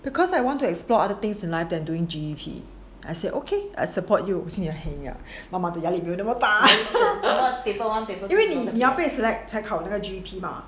because I want to explore other things in life than doing G_P I said okay I support you I say heng ah 妈妈的压力没有那么大啊 因为你要被 select 才考那个 G_P 吗